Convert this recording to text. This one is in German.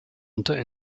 unter